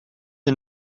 who